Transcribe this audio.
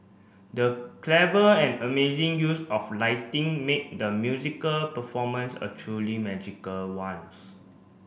the clever and amazing use of lighting made the musical performance a truly magical ones